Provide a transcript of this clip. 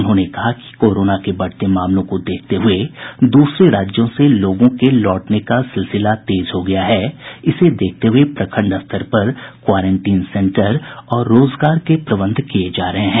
उन्होंने कहा कि कोरोना के बढ़ते मामलों को देखते हुए दूसरे राज्यों से लोगों के लौटने का सिलसिला तेज हो गया है इसे देखते हुए प्रखंड स्तर पर क्वारेंटीन सेंटर और रोजगार के प्रबंध किये जा रहे हैं